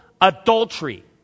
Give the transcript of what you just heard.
adultery